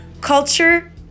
culture